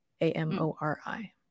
A-M-O-R-I